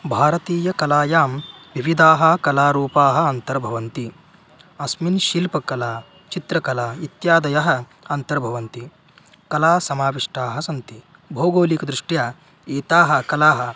भारतीयकलायां विविधाः कलारूपाः अन्तर्भवन्ति अस्मिन् शिल्पकला चित्रकला इत्यादयः अन्तर्भवन्ति कलासमाविष्टाः सन्ति भौगोलिकदृष्ट्या एताः कलाः